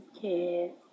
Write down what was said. kids